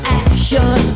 action